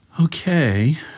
Okay